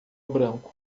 branco